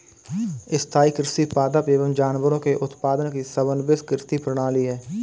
स्थाईं कृषि पादप एवं जानवरों के उत्पादन की समन्वित कृषि प्रणाली है